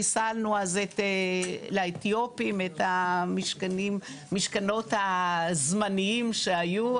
חיסלנו אז ליוצאי אתיופיה את המשכנות הזמניים שהיו,